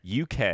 UK